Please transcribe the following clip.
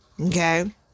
Okay